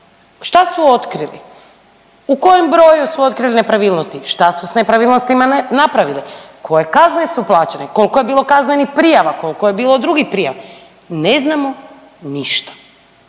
Šta su otkrili? U kojem broju su otkrili nepravilnosti, šta su nepravilnostima napravili? Koje kazne su plaćene? Koliko je bilo kaznenih prijava, koliko je bilo drugih prijava? Ne znamo ništa.